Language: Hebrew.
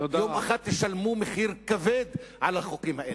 יום אחד תשלמו מחיר כבד על החוקים האלה,